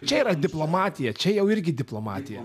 čia yra diplomatija čia jau irgi diplomatija